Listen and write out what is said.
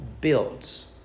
builds